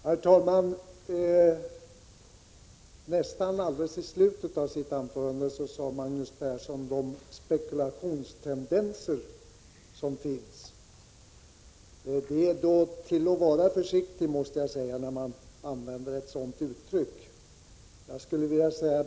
Herr talman! Nästan alldeles i slutet av sitt anförande sade Magnus Persson något om de ”spekulationstendenser” som finns. Det är till att vara försiktig, måste jag säga, när man använder ett sådant uttryck.